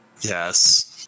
Yes